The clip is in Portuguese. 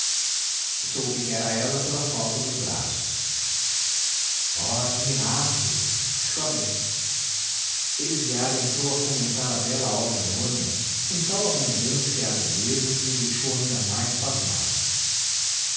soube que era ela pela falta dos braços oh admirável exclamei elisiário entrou a comentar a bela obra anônima com tal abundância e agudeza que me deixou ainda mais pasmado